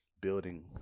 building